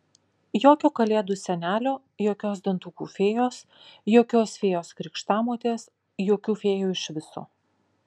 jokio kalėdų senelio jokios dantukų fėjos jokios fėjos krikštamotės jokių fėjų iš viso